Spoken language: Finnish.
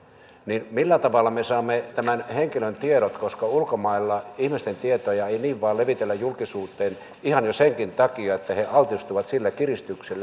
kun tämä on samaa euroopan unionia niin millä tavalla me saamme tämän henkilön tiedot koska ulkomailla ihmisten tietoja ei niin vain levitellä julkisuuteen ihan jo senkin takia että he altistuvat sillä kiristykselle ja terrorismille